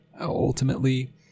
ultimately